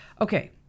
Okay